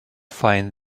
find